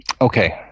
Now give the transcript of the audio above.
Okay